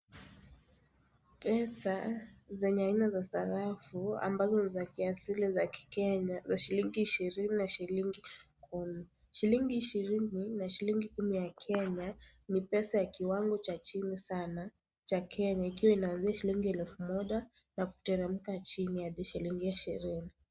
Pesa zenye aina za sarafu ambazo ni za asili ya kikenya za shilingi na shilingi kumi. Shilingi ishirini na shilingi kumi ya Kenya ni pesa ya kiwango cha chini sana cha Kenya ikiwa inanzia shilingi elfu moja na kuteremka chini hadi shilingi ishirini.